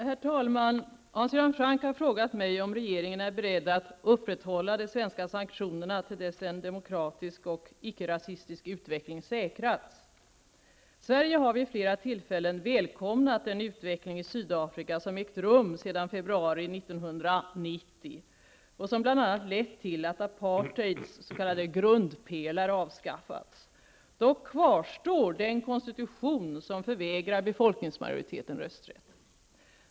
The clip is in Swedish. Herr talman! Hans Göran Franck har frågat mig om regeringen är beredd att upprätthålla de svenska sanktionerna till dess en demokratisk och icke-rasistisk utveckling säkrats. Sverige har vid flera tillfällen välkomnat den utveckling i Sydafrika som ägt rum sedan februari 1990, som bl.a. lett till att apartheids s.k. grundpelare avskaffats. Dock kvarstår den konstitution som förvägrar befolkningsmajoriteten rösträtt.